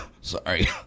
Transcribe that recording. Sorry